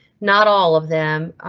not all of them.